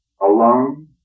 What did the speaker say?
alone